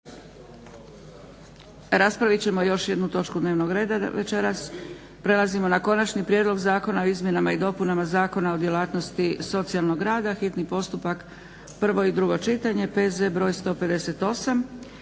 Raspravit ćemo još jednu točku dnevnog reda večeras. Prelazimo na - Konačni prijedlog zakona o izmjenama i dopunama Zakona o djelatnosti socijalnog rada, hitni postupak, prvo i drugo čitanje, P.Z. br. 158